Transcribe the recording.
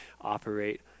operate